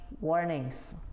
warnings